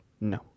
No